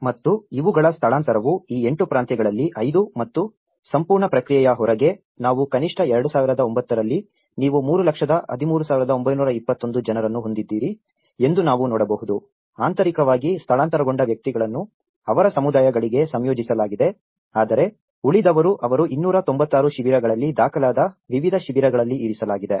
ಮತ್ತು ಇವುಗಳ ಸ್ಥಳಾಂತರವು ಈ 8 ಪ್ರಾಂತ್ಯಗಳಲ್ಲಿ 5 ಮತ್ತು ಸಂಪೂರ್ಣ ಪ್ರಕ್ರಿಯೆಯ ಹೊರಗೆ ನಾವು ಕನಿಷ್ಠ 2009 ರಲ್ಲಿ ನೀವು 3 ಲಕ್ಷದ 13921 ಜನರನ್ನು ಹೊಂದಿದ್ದೀರಿ ಎಂದು ನಾವು ನೋಡಬಹುದು ಆಂತರಿಕವಾಗಿ ಸ್ಥಳಾಂತರಗೊಂಡ ವ್ಯಕ್ತಿಗಳನ್ನು ಅವರ ಸಮುದಾಯಗಳಲ್ಲಿ ಸಂಯೋಜಿಸಲಾಗಿದೆ ಆದರೆ ಉಳಿದವರು ಅವರು 296 ಶಿಬಿರಗಳಲ್ಲಿ ದಾಖಲಾದ ವಿವಿಧ ಶಿಬಿರಗಳಲ್ಲಿ ಇರಿಸಲಾಗಿದೆ